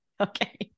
Okay